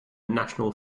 national